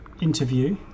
interview